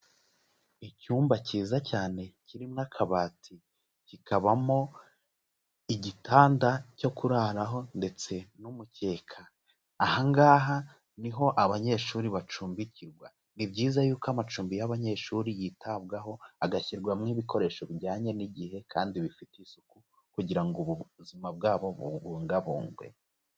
Icyumba cyiza cyane kirimo akabati kikabamo igitanda cyo kurararaho ndetse n'umukeka, ahangaha niho abanyeshuri bacumbikirwa, ni byiza yuko amacumbi y'abanyeshuri yitabwaho agashyirwamo ibikoresho bijyanye n'igihe kandi bifite isuku kugira ngo ubu buzima bwabo bubungabungwe.